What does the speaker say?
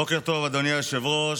בוקר טוב, אדוני היושב-ראש.